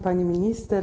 Pani Minister!